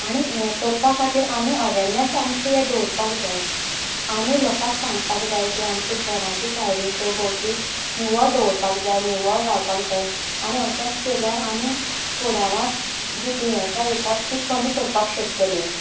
आनी हें करपा खातीर आमी अवॅरनॅस आमची हें दवरपाक जाय आमी लोकांक सांगपाक जाय की आमच्या घराच्या सायडी सरभोंवती निवळ दवरपाक जाय निवळ रावपाक जाय आनी अशेंच केल्यार आमी फुडाराक जीं दुयेंसां येतात तीं कमी करपाक शकतलीं